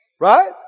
Right